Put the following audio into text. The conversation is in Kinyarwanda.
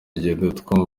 igihecom